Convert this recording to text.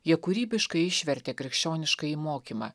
jie kūrybiškai išvertė krikščioniškąjį mokymą